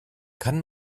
kann